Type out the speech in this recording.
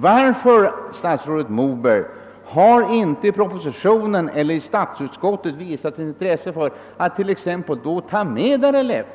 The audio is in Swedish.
Varför, statsrådet Moberg, har inte i propositionen eller i utskottsutlåtandet visats intresse för att i vart fall ta med RLF